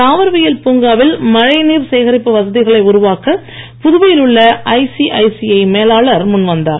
தாவரவியல் பூங்காவில் மழை நீர் சேகரிப்பு வசதிகளை உருவாக்க புதுவையில் உள்ள ஐசிஐசிஐ மேலாளர் முன்வந்தார்